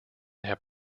have